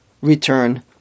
return